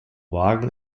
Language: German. wagen